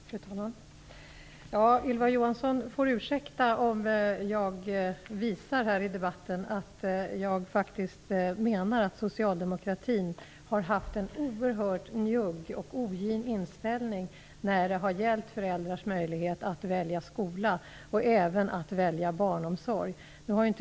Fru talman! Ylva Johansson får ursäkta om jag i den här debatten visar att jag menar att socialdemokratin har haft en oerhört njugg och ogin inställning till föräldrars möjlighet att välja skola och även barnomsorg.